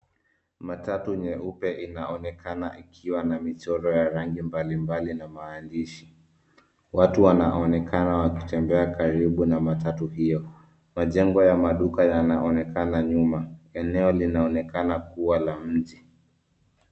Matatu nyeupe inaonekana ikiwa na michoro ya rangi mbalimbali na maandishi. Watu wanaonekana wakitembea karibu na matatu hiyo. Majengo ya maduka yanaonekana nyuma. Eneo linaonekana kuwa la mji.